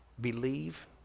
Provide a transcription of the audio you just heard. Believe